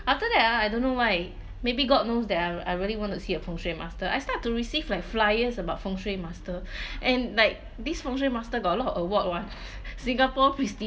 after that ah I don't know why maybe god knows that I I really want to see a feng shui master I start to receive like flyers about feng shui master and like this feng shui master got a lot of award [one] singapore prestigious